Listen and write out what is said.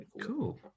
Cool